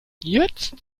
jetzt